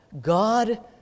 God